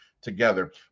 together